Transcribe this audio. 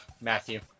Matthew